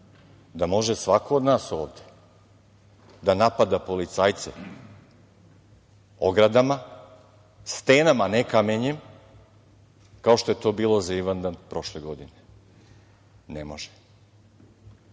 da može svako od nas ovde da napada policajce ogradama, stenama, ne kamenjem, kao što je to bilo za Ivandan prošle godine? Ne može.